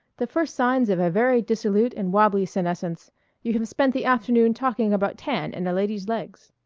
the first signs of a very dissolute and wabbly senescence you have spent the afternoon talking about tan and a lady's legs.